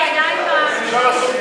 חוק הניקוז וההגנה מפני שיטפונות (תיקון מס' 7),